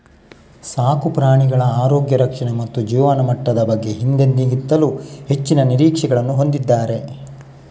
ಸಾಕು ಪ್ರಾಣಿಗಳ ಆರೋಗ್ಯ ರಕ್ಷಣೆ ಮತ್ತು ಜೀವನಮಟ್ಟದ ಬಗ್ಗೆ ಹಿಂದೆಂದಿಗಿಂತಲೂ ಹೆಚ್ಚಿನ ನಿರೀಕ್ಷೆಗಳನ್ನು ಹೊಂದಿದ್ದಾರೆ